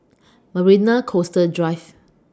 Marina Coastal Drive